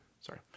Sorry